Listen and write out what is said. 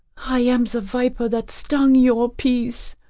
i am the viper that stung your peace.